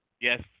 Yes